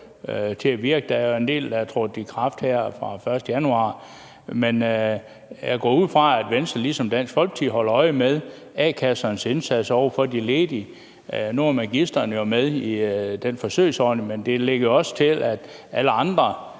til at virke. Der er jo en del, der er trådt i kraft her pr. 1. januar. Men jeg går ud fra, at Venstre ligesom Dansk Folkeparti holder øje med a-kassernes indsats over for de ledige. Nu er Magistrenes A-kasse jo med i den aktuelle forsøgsordning, men det ligger også klart, at andre,